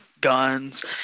guns